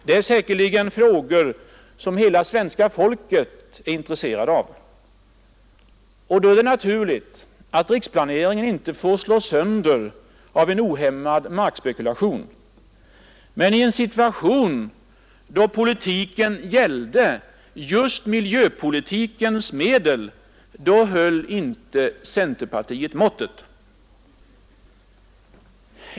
Det är frågor som hela svenska folket säkerligen är intresserat av. Riksplaneringen får därför inte slås sönder av ohämmad markspekulation. Men då det gällde miljöpolitikens medel höll centerpårtiet inte måttet.